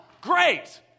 great